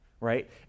right